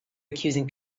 accusing